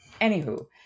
Anywho